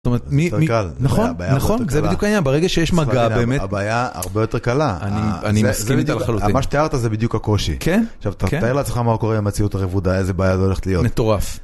זאת אומרת, נכון, נכון, זה בדיוק העניין, ברגע שיש מגע, באמת. הבעיה הרבה יותר קלה. אני מסכים איתה לחלוטין. מה שתיארת זה בדיוק הקושי. כן? עכשיו, תראה לה, צריכה מה קורה במציאות הרבודה, איזה בעיה זו הולכת להיות. מטורף.